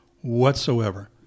whatsoever